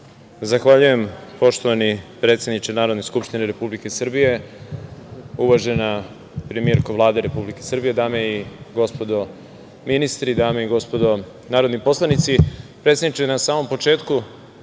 Zahvaljujem, poštovani predsedniče Narodne skupštine Republike Srbije. Uvažena premijerko Vlade Republike Srbije, dame i gospodo ministri, dame i gospodo narodni poslanici, predsedniče na samom početku,